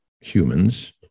humans